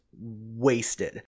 wasted